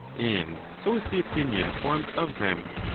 and so is the opinion formed of them.